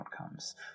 outcomes